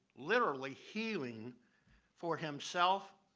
literally, healing for himself,